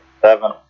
Seven